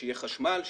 שיהיה חשמל,